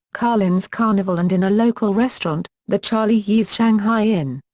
carlin's carnival and in a local restaurant, the charlie yee's shanghai inn.